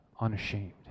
unashamed